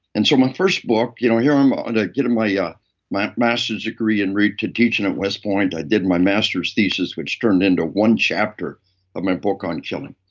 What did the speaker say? and so my first book. you know, here i'm ah and getting my yeah my masters degree en and route to teaching at westpoint. i did my masters thesis, which turned into one chapter of my book, on killing.